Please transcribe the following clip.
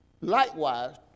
likewise